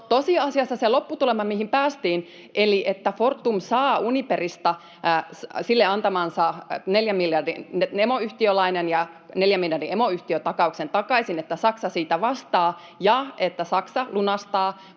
Tosiasiassa se lopputulema, mihin päästiin — eli että Fortum saa Uniperista sille antamansa neljän miljardin emoyhtiölainan ja neljän miljardin emoyhtiötakauksen takaisin, että Saksa siitä vastaa, ja että Saksa lunastaa